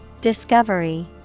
Discovery